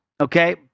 okay